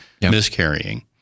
miscarrying